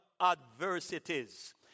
adversities